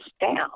down